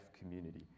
community